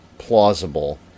Plausible